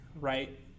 right